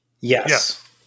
Yes